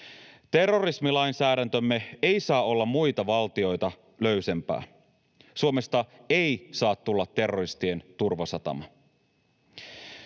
Terrorismilainsäädäntömme ei saa olla muita valtioita löysempää. Suomesta ei saa tulla terroristien turvasatama.